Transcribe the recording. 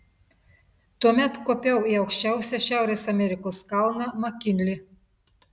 tuomet kopiau į aukščiausią šiaurės amerikos kalną makinlį